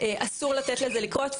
אסור לתת לזה לקרות,